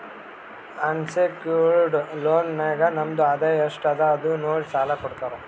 unsecured loan ನಾಗ್ ನಮ್ದು ಆದಾಯ ಎಸ್ಟ್ ಅದ ಅದು ನೋಡಿ ಸಾಲಾ ಕೊಡ್ತಾರ್